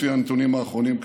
לפי הנתונים האחרונים,